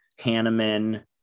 Hanneman